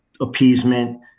appeasement